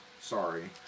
Sorry